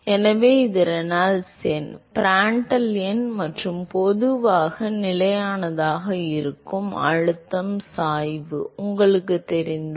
எனவே இது ரெனால்ட்ஸ் எண் பிராண்டல் எண் மற்றும் பொதுவாக நிலையானதாக இருக்கும் அழுத்தம் சாய்வு உங்களுக்குத் தெரிந்தால்